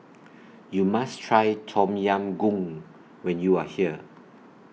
YOU must Try Tom Yam Goong when YOU Are here